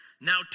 now